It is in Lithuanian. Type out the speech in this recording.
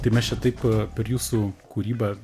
tai mes čia taip per jūsų kūrybą